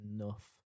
enough